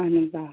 اَہَن حظ آ